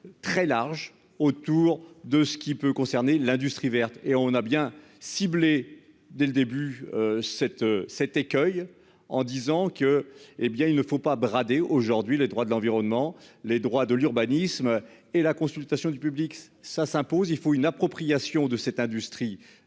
Très large autour de ce qui peut concerner l'industrie verte et on a bien ciblée dès le début. Cet cet écueil en disant, que hé bien il ne faut pas brader aujourd'hui les droits de l'environnement, les droits de l'urbanisme et la consultation du public ça s'impose, il faut une appropriation de cette industrie